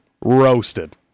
Roasted